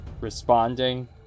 responding